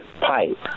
pipe